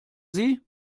sie